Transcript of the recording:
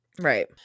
Right